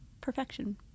perfection